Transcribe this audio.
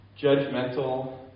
judgmental